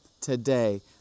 today